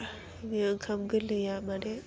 बेयो ओंखाम गोरलैया माने